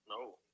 No